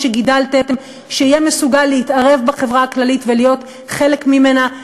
שגידלתם שיהיה מסוגל להתערב בחברה הכללית ולהיות חלק ממנה,